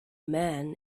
men